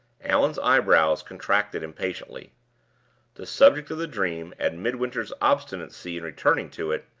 allan's eyebrows contracted impatiently the subject of the dream, and midwinter's obstinacy in returning to it,